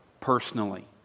personally